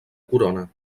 corona